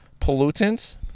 pollutants